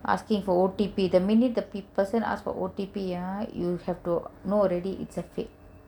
asking for O_T_P the minute the people ask for O_T_P ah you have to know already it's a fake